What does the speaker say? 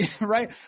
right